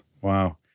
Wow